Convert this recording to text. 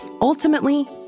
Ultimately